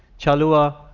chalua,